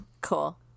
Cool